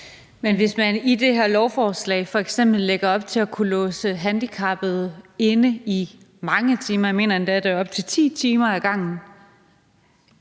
Men hvis man i det her lovforslag f.eks. lægger op til at kunne låse handicappede inde i mange timer – jeg mener endda, at det er op til 10 timer ad gangen